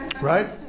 Right